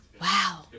wow